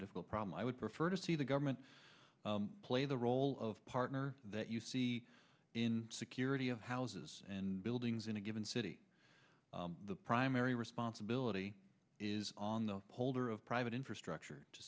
difficult problem i would prefer to see the government play the role of partner that you see in security of houses and buildings in a given city the primary responsibility is on the holder of private infrastructure to